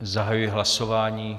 Zahajuji hlasování.